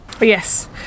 Yes